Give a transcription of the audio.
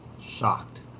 Shocked